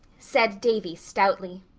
said davy stoutly.